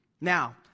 now